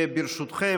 ברשותכם,